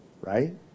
right